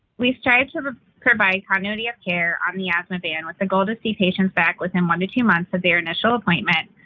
we strive to provide continuity of care on the asthma van with the goal to see patients back within one to two months of their initial appointment,